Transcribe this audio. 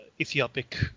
Ethiopic